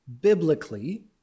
biblically